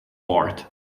part